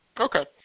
Okay